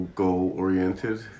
goal-oriented